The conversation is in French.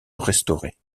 restauré